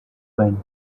when